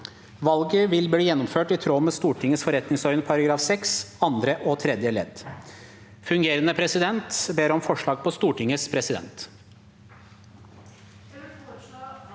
Valget vil bli gjennomført i tråd med Stortingets forretningsorden § 6 andre og tredje ledd. Fungerende president ber om forslag på Stortingets president.